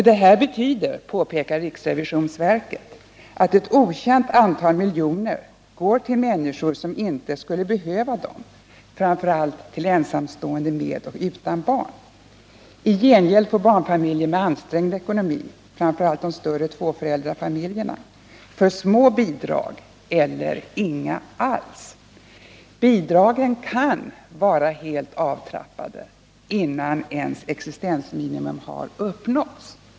Detta betyder, påpekar riksrevisionsverket, att ett okänt antal miljoner går till människor som inte skulle behöva dem, framför allt till ensamstående med och utan barn. I gengäld får barnfamiljer med ansträngd ekonomi, framför allt de större tvåföräldrafamiljerna, för små bidrag eller inga alls. Bidragen kan vara helt avtrappade, innan ens existensminimum har uppnåtts.